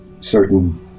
certain